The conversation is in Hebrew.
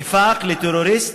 הופך לטרוריסט,